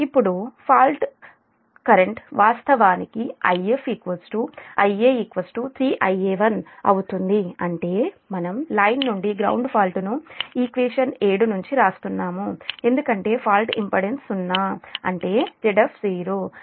ఇప్పుడు fault current fault వాస్తవానికి If Ia 3Ia1 అంటే మనం లైన్ నుండి గ్రౌండ్ ఫాల్ట్ ను ఈక్వేషన్ 7 నుంచి వ్రాస్తున్నాము ఎందుకంటే ఫాల్ట్ ఇంపెడెన్స్ 0 అంటే Zf 0